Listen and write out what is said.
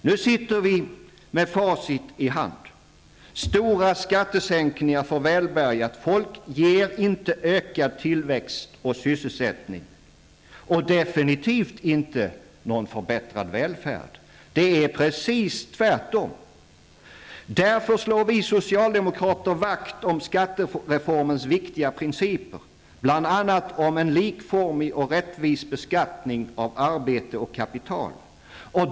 Nu sitter vi med facit i hand: Stora skattesänkningar för välbärgat folk ger inte ökad tillväxt och sysselsättning och definitivt inte någon förbättrad välfärd. Det är precis tvärtom. Därför slår vi vakt om skattereformens viktiga principer, bl.a. om en likformig och rättvis beskattning av arbete och kapital.